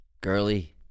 Girly